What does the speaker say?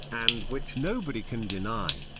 and which nobody can deny.